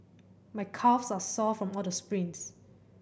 my calves are sore from all the sprints